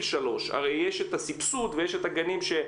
שלוש הרי יש את הסבסוד ויש את הצהרונים,